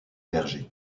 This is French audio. vergers